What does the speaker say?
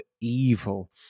evil